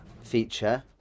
feature